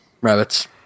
rabbits